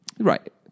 Right